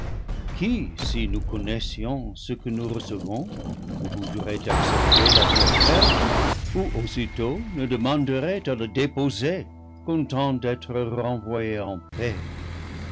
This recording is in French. si nous connaissions ce que nous rece vons ou voudrait accepter la vie offerte ou aussitôt ne de manderait à la déposer content d'être renvoyé en paix